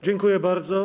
Dziękuję bardzo.